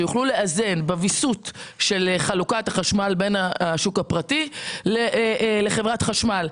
שיוכלו לאזן בוויסות של חלוקת החשמל בין השוק הפרטי לחברת החשמל.